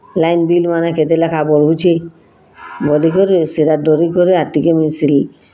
line bill ମାନେ କେତେ ଲେଖା ବଢ଼ୁଛେ ବଲିକରି ସେଟା ଡରିକରି ଆର୍ ଟିକେ